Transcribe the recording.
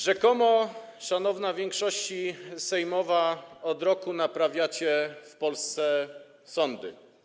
Rzekomo, szanowna większości sejmowa, od roku naprawiacie w Polsce sądy.